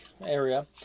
area